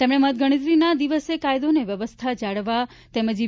તેમણે મતગણતરીના દિવસે કાયદો અને વ્યાવસ્થા જાળવવા તેમજ ઇ